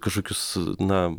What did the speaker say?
kažkokius na